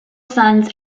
sons